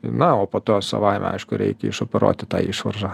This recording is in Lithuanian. na o po to savaime aišku reikia išoperuoti tą išvaržą